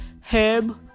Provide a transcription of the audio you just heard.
herb